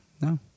no